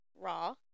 Raw